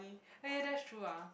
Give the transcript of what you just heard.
eh ya that's true ah